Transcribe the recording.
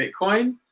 Bitcoin